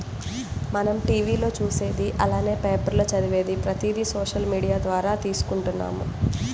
మనం టీవీ లో చూసేది అలానే పేపర్ లో చదివేది ప్రతిది సోషల్ మీడియా ద్వారా తీసుకుంటున్నాము